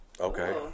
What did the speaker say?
Okay